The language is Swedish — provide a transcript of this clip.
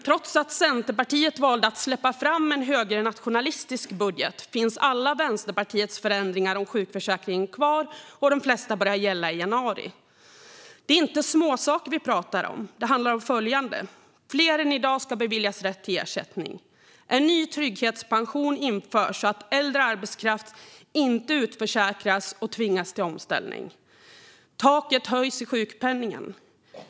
Trots att Centerpartiet valde att släppa fram en högernationalistisk budget finns alla Vänsterpartiets förändringar av sjukförsäkringen kvar, och de flesta börjar gälla i januari. Det är inga småsaker vi pratar om. Det handlar om följande: Fler än i dag ska beviljas rätt till ersättning. En ny trygghetspension införs så att äldre arbetskraft inte utförsäkras och tvingas till omställning. Taket höjs i sjukpenningen.